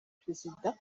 perezida